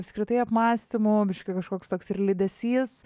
apskritai apmąstymo biškį kažkoks toks ir lydesys